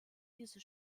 diese